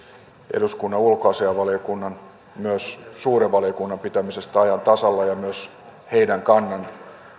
eduskunnan ulkoasiainvaliokunnan ja suuren valiokunnan pitämisestä ajan tasalla ja myös heidän kannan